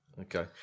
Okay